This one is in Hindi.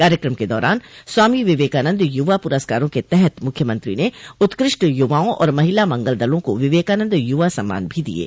कार्यक्रम के दौरान स्वामी विवेकानन्द युवा पुरस्कारों के तहत मुख्यमंत्री ने उत्कृष्ट युवाओं और महिला मंगल दलों को विवेकानन्द युवा सम्मान भी दिये